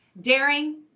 Daring